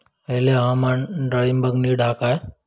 हयला हवामान डाळींबाक नीट हा काय?